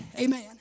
Amen